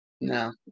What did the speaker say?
No